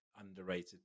underrated